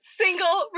single